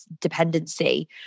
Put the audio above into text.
dependency